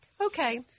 okay